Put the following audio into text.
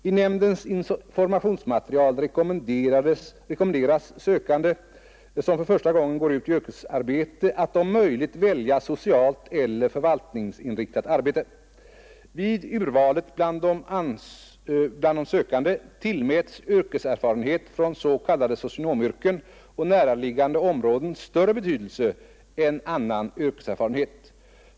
I nämndens informationsmaterial rekommenderas sökande som för första gången går ut i yrkesarbete att om möjligt välja socialt eller förvaltningsinriktat arbete. Vid urvalet bland de sökande tillmäts yrkeserfarenhet från s.k. socionomyrken och näraliggande områden större betydelse än annan yrkeserfarenhet.